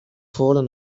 fallen